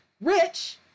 rich